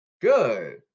Good